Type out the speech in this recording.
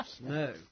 no